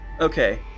Okay